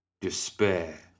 Despair